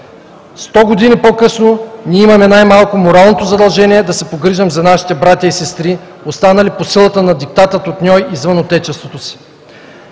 Сто години по-късно ние имаме най-малкото моралното задължение да се погрижим за нашите братя и сестри, останали по силата на диктата от Ньой извън отечеството си.